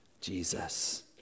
Jesus